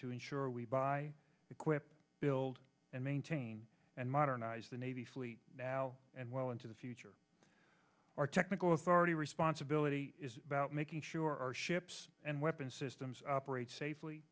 to ensure we buy equip build and maintain and modernize the navy fleet now and well into the future our technical authority responsibility is about making sure our ships and weapons systems operate safely